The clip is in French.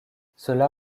cela